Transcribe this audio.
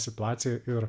situaciją ir